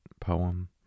poem